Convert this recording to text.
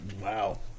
Wow